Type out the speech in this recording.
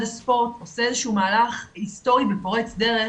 הספורט עושה איזשהו מהלך היסטורי ופורץ דרך,